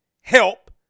help